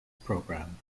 programme